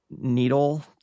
needle